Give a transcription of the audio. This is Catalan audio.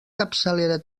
capçalera